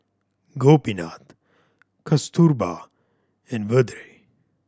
Gopinath Kasturba and Vedre